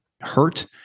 hurt